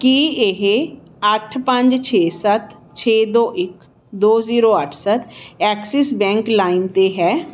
ਕੀ ਇਹ ਅੱਠ ਪੰਜ ਛੇ ਸੱਤ ਛੇ ਦੋ ਇੱਕ ਦੋ ਜ਼ੀਰੋ ਅੱਠ ਸੱਤ ਐਕਸਿਸ ਬੈਂਕ ਲਾਇਮ 'ਤੇ ਹੈ